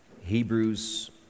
Hebrews